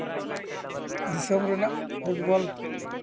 ᱫᱤᱥᱚᱢ ᱨᱮᱱᱟᱜ ᱯᱷᱩᱴᱵᱚᱞ